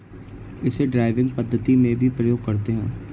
इसे ड्राइविंग पद्धति में भी प्रयोग करते हैं